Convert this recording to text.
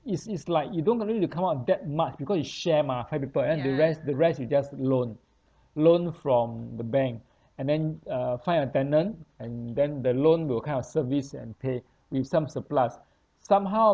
is is like you don't really need to come up that much because you share mah five people and then the rest the rest you just loan loan from the bank and then uh find a tenant and then the loan will kind of service and pay with some surplus somehow